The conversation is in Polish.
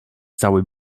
całe